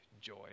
joy